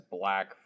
Black